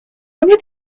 over